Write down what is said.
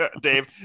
Dave